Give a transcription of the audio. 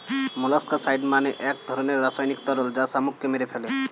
molluscicide মানে এক ধরনের রাসায়নিক তরল যা শামুককে মেরে ফেলে